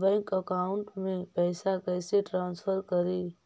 Bank account में पैसा कैसे ट्रांसफर करी?